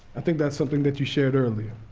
i think that's something that you shared earlier.